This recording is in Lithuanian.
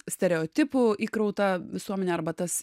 stereotipu įkrauta visuomenė arba tas